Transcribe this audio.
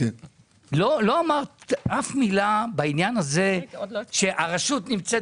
לא אמרת אף מילה בעניין הזה שהרשות נמצאת